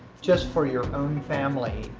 just for your own family,